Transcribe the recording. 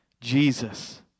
Jesus